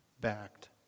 backed